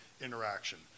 interaction